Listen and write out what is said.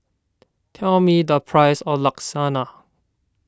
tell me the price of Lasagna